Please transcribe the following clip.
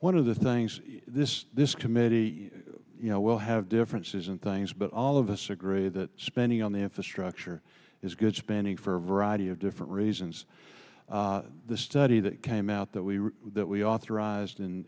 one of the things this this committee you know will have differences and things but all of us agree that spending on the infrastructure is good spending for a variety of different reasons the study that came out that we were that we authorized